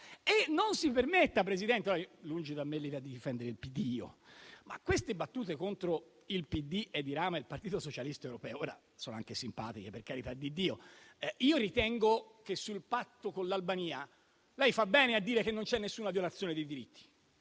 E non si permetta, Presidente - lungi da me l'idea di difendere il PD - le battute contro il PD, Edi Rama e il Partito socialista europeo, che ora sono anche simpatiche, per carità di Dio. Ritengo però che sul Patto con l'Albania lei faccia bene a dire che non c'è alcuna violazione di diritti